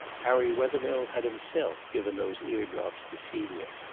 harry wethermill had himself given those ear-drops to celia.